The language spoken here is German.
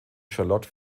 charlotte